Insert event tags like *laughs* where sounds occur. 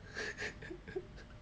*laughs*